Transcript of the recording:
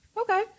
Okay